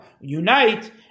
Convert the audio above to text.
unite